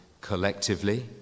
collectively